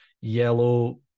yellow